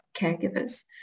caregivers